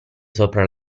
sopra